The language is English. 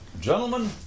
Gentlemen